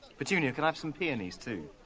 petunia, could i have some peonies too?